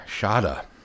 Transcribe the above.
Shada